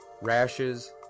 rashes